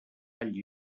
all